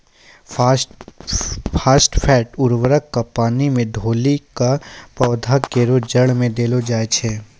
phosphate उर्वरक क पानी मे घोली कॅ पौधा केरो जड़ में देलो जाय छै